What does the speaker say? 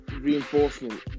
reinforcement